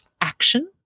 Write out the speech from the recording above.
action